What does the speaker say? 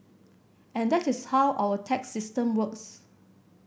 and that is how our tax system works